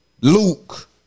Luke